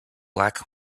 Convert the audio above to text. black